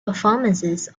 performances